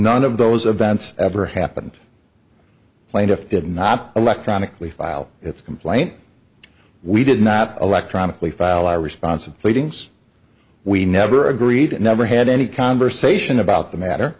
none of those events ever happened plaintiff did not electronically file its complaint we did not electronically file our responsive pleadings we never agreed and never had any conversation about the matter